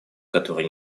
которые